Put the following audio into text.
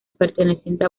perteneciente